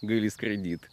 gali skraidyti